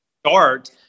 start